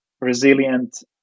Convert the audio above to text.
resilient